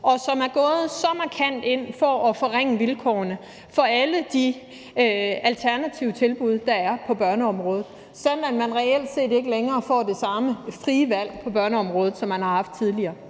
og som er gået så markant ind for at forringe vilkårene for alle de alternative tilbud, der er på børneområdet, sådan at man reelt set ikke længere har det samme frie valg på børneområdet, som man har haft tidligere.